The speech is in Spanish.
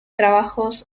trabajos